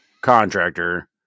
contractor